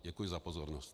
Děkuju za pozornost.